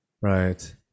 Right